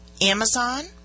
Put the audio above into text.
Amazon